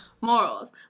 morals